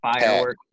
fireworks